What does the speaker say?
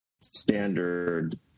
standard